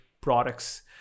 products